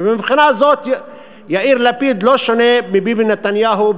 ומהבחינה הזאת יאיר לפיד לא שונה מביבי נתניהו,